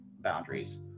boundaries